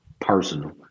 personal